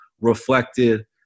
reflected